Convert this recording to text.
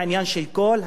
כל העניין של הפנסיה,